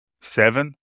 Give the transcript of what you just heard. seven